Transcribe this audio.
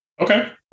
Okay